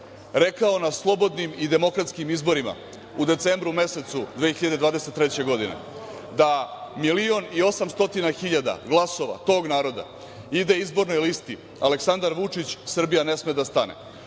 Rekao na slobodnim i demokratskim izborima u decembru mesecu 2022. godine, da milion i 800 hiljada glasova tog naroda ide izbornoj listi „Aleksandar Vučić - Srbija ne sme da stane“.